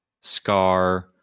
Scar